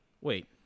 wait